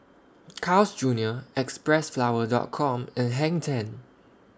Carl's Junior Xpressflower Dot Com and Hang ten